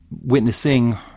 witnessing